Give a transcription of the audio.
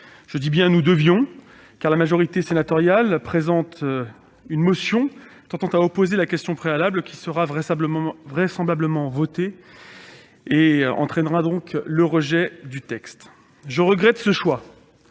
Je dis bien « nous devions », car la majorité sénatoriale défend une motion tendant à opposer la question préalable. Celle-ci sera vraisemblablement adoptée, ce qui entraînera le rejet du texte. Je regrette ce choix.